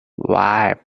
why